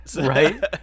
Right